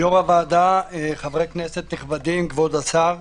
יו"ר הוועדה, חברי כנסת נכבדים, כבוד השר - ראשית,